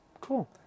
Cool